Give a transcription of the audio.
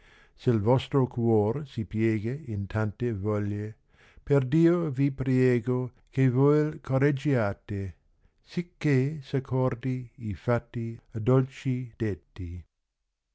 se u vostro cuor si piega in tante voglie per dio vi priego che voi u correggiate sicché s accordi i fatti a dolci detti